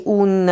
un